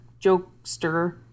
jokester